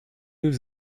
was